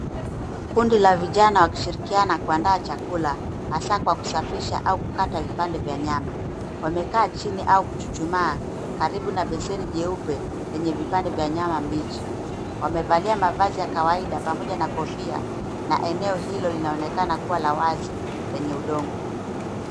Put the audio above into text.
Kundi la vijana wakishirikiana kuandaa chakula hasaa kwa kusafisha au kukata vipande vya nyama. Wamekaa chini au kuchuchuma karibu na besheni jeupe lenye vipanda vya nyama mbichi. Wamevalia mavazi ya kawaida pamoja na kofia na eneo hilo linaonekana kuwa la wazi lenye udongo.